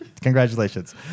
Congratulations